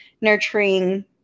nurturing